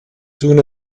soon